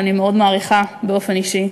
שאני מאוד מעריכה באופן אישי,